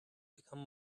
become